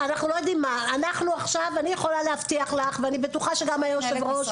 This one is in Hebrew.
אני יכולה להבטיח לך ואני בטוחה שגם היושב-ראש,